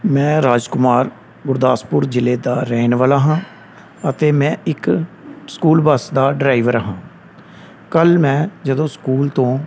ਮੈਂ ਰਾਜਕੁਮਾਰ ਗੁਰਦਾਸਪੁਰ ਜ਼ਿਲ੍ਹੇ ਦਾ ਰਹਿਣ ਵਾਲਾ ਹਾਂ ਅਤੇ ਮੈਂ ਇੱਕ ਸਕੂਲ ਬੱਸ ਦਾ ਡਰਾਈਵਰ ਹਾਂ ਕੱਲ੍ਹ ਮੈਂ ਜਦੋਂ ਸਕੂਲ ਤੋਂ